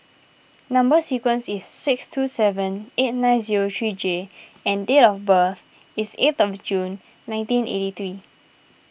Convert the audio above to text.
Number Sequence is six two seven eight nine zero three J and date of birth is eighth of June nineteen eighty three